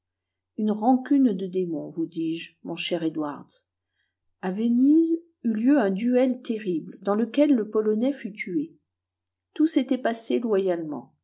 une rancune de démon vous dis-je mon cher edwards à venise eut lieu un duel terrible dans lequel le polonais fut tué tout s'était passé loyalement